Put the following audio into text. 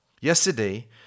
Yesterday